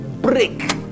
break